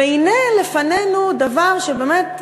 והנה לפנינו דבר שבאמת,